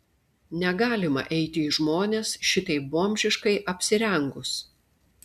negalima eiti į žmones šitaip bomžiškai apsirengus